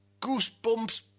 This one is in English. goosebumps